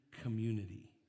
community